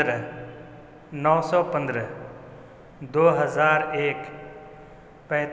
مہاراشٹر سے قریب یہاں پر ہے ایک واٹر فال